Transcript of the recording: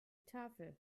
tafel